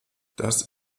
das